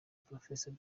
professor